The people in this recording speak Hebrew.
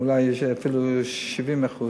אולי אפילו 70%,